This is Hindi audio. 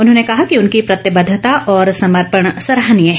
उन्होंने कहा कि उनकी प्रतिबद्धता और समर्पण सराहनीय है